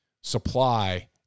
supply